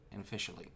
officially